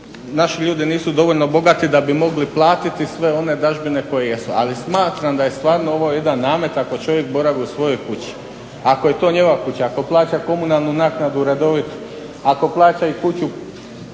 naši ljudi nisu dovoljno bogati da bi mogli platiti sve one dažbine koje jesu. Ali smatram da je stvarno ovo jedan namet ako čovjek boravi u svojoj kući, ako je to njegova kuća, ako plaća komunalnu naknadu redovito, ako plaća i porez